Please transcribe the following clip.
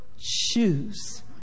shoes